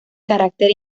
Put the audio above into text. carácter